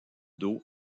dos